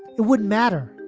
it would matter.